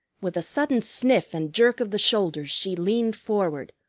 with a sudden sniff and jerk of the shoulders she leaned forward,